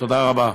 תודה רבה.